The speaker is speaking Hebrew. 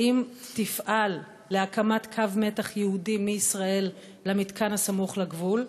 2. האם תפעל להקמת קו-מתח ייעודי מישראל למתקן הסמוך לגבול?